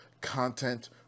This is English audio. content